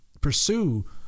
pursue